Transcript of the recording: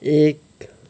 एक